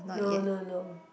no no no